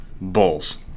Bulls